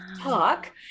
talk